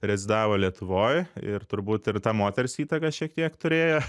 rezidavo lietuvoj ir turbūt ir tą moters įtaka šiek tiek turėjo